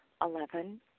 Eleven